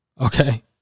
Okay